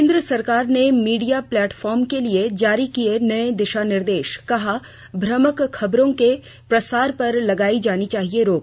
केन्द्र सरकार ने मीडिया प्लेटफार्म के लिए जारी किये नये दिशा निर्देश कहा भ्रामक खबरों के प्रसार पर लगायी जानी चाहिए रोक